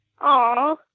Aw